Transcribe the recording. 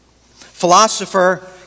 Philosopher